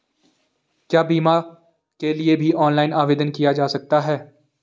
क्या बीमा के लिए भी ऑनलाइन आवेदन किया जा सकता है?